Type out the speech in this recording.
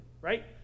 right